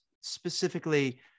specifically